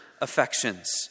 affections